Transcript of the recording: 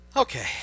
Okay